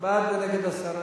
בעד ונגד הסרה,